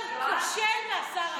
אין לך שר יותר כושל מהשר הזה.